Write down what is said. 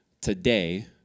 Today